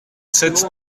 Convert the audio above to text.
sept